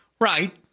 Right